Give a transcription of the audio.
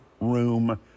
room